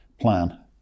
plan